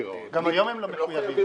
------ הם לא מחויבים